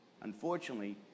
unfortunately